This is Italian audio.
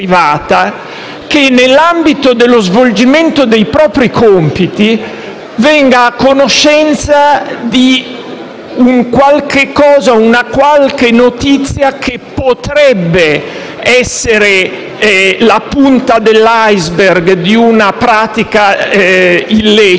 che, per ragione dello svolgimento dei propri compiti, venga a conoscenza di una qualche notizia che potrebbe essere la punta dell'*iceberg* di una pratica illecita,